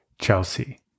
Chelsea